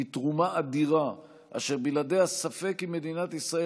היא תרומה אדירה אשר בלעדיה ספק אם מדינת ישראל